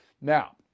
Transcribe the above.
Now